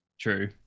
True